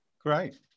Great